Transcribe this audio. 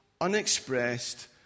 unexpressed